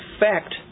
effect